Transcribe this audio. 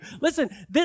Listen